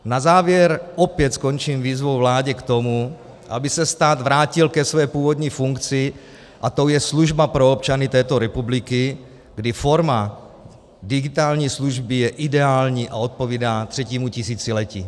Na závěr opět skončím výzvou vládě k tomu, aby se stát vrátil ke své původní funkci, a tou je služba pro občany této republiky, kdy forma digitální služby je ideální a odpovídá třetímu tisíciletí.